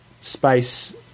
space